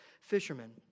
fishermen